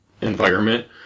environment